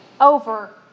over